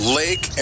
lake